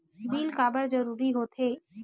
Bill काबर जरूरी होथे?